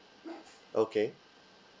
okay